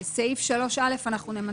סעיף 19. מי בעד אישור סעיף